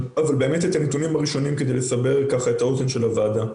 אני אתן נתונים ראשוניים כדי לסבר את האוזן של הוועדה.